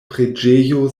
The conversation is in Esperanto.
preĝejo